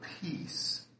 peace